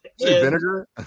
vinegar